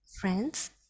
friends